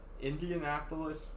Indianapolis